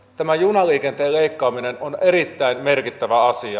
tämä junaliikenteen leikkaaminen on erittäin merkittävä asia